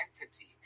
entity